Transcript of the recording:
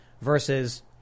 versus